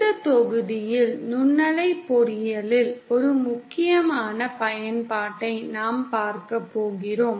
இந்த தொகுதியில் நுண்ணலை பொறியியலில் ஒரு முக்கியமான பயன்பாட்டை நாம் பார்க்க போகிறோம்